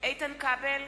איתן כבל,